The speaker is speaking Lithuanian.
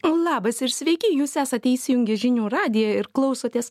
labas ir sveiki jūs esate įsijungę žinių radiją ir klausotės